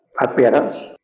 appearance